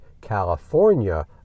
California